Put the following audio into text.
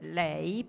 lei